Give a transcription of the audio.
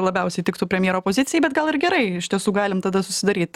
labiausiai tiktų premjero pozicijai bet gal ir gerai iš tiesų galim tada susidaryt